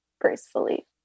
gracefully